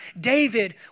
David